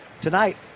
tonight